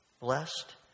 blessed